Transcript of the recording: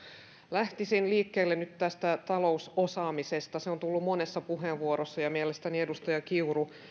lähtisin liikkeelle nyt tästä talousosaamisesta se on tullut monessa puheenvuorossa ja mielestäni edustaja kiuru